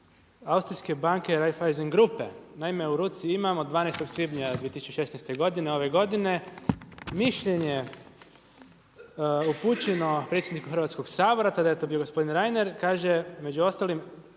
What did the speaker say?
Austrijske banke Raiffeisen grupe. Naime u ruci imam od 12. svibnja 2016. godine, ove godine, mišljenje upućeno predsjedniku Hrvatskog sabora, tada je to bio gospodin Reiner, kaže među ostalim,